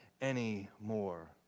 anymore